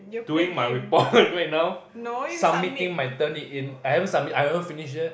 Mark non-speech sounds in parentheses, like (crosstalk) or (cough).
doing my report (laughs) right now submitting my Turnitin I haven't submit I haven't finish yet